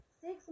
Six